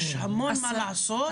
יש המון מה לעשות,